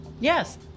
Yes